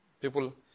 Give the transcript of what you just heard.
people